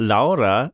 Laura